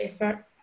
effort